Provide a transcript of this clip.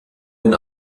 den